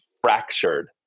fractured